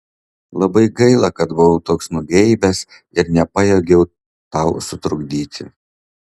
labai gaila kad buvau toks nugeibęs ir nepajėgiau tau sutrukdyti